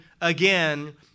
again